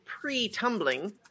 pre-tumbling